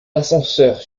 ascenseurs